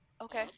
okay